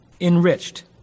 enriched